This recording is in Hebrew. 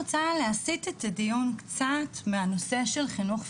אני רוצה להסית את הדיון קצת מהנושא של חינוך פיננסי.